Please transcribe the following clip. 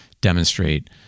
demonstrate